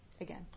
Again